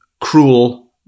cruel